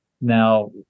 Now